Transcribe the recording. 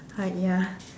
hide ya